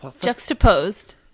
Juxtaposed